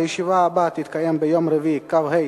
הישיבה הבאה תתקיים ביום רביעי, כ"ה